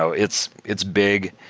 so it's it's big.